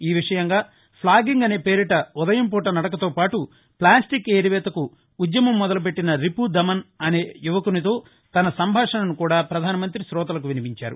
ఈ విషయంగా ఫ్లొగింగ్ అనే పేరిట ఉదయం పూట నడకతో పాటు ఫ్లాస్టిక్ ఏరివేతకు ఉద్యమం మొదలు పెట్టిన రిపు థమస్ అనే యువకునితో తన సంభాషణను కూడా పధానమంతి కోతలకు వినిపించారు